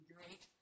Great